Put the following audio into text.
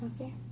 Okay